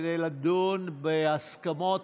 לדון בהסכמות,